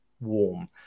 warm